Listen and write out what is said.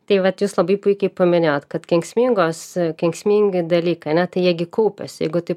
tai vat jūs labai puikiai paminėjot kad kenksmingos kenksmingi dalykai a ne tai jie gi kaupiasi jeigu taip